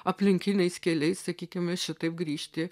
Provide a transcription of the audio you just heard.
aplinkiniais keliais sakykime šitaip grįžti